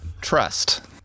Trust